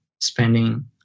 spending